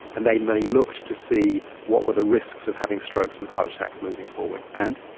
and they looked to see what were the risks of having strokes and heart attacks moving forward. and?